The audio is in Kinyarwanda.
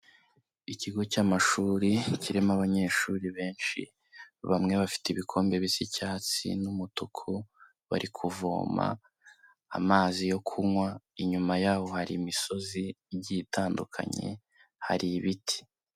Ikigo cy'amashuri kirimo abanyeshuri benshi, bamwe bafite ibikombe bisa icyatsi n'umutuku bari kuvoma amazi yo kunywa, inyuma yabo hari imisozi igiye itandukanye hari ibiti.